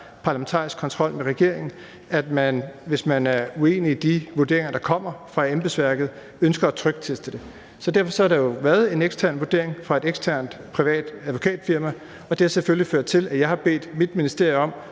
parlamentarisk kontrol med regeringen, at man, hvis man er uenig i de vurderinger, der kommer fra embedsværket, ønsker at trykteste dem. Så derfor har der jo været en ekstern vurdering fra et eksternt privat advokatfirma, og det har selvfølgelig ført til, at jeg har bedt mit ministerium om